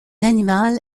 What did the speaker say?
animal